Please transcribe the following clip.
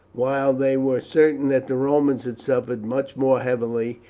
while they were certain that the romans had suffered much more heavily,